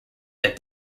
that